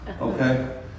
Okay